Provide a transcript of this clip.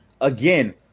again